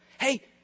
Hey